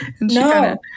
No